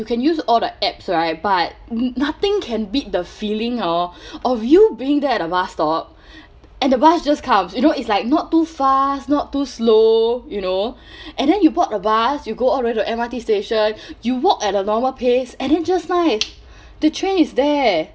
you can use all the apps right but n~ nothing can beat the feeling hor of you being there at the bus stop and the bus just comes you know it's like not too fast not too slow you know and then you board the bus you go all the way to M_R_T station you walk at a normal pace and then just nice the train is there